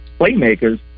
playmakers